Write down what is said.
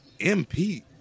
MP